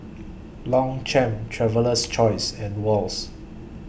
Longchamp Traveler's Choice and Wall's